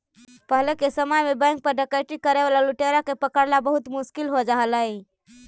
पहिले के समय में बैंक पर डकैती करे वाला लुटेरा के पकड़ला बहुत मुश्किल हो जा हलइ